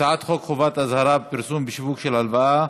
חובת אזהרה בפרסום ובשיווק של הלוואה